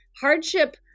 Hardship